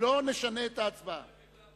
נצביע על